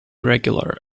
regular